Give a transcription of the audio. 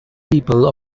people